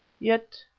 yet,